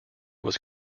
was